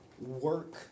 work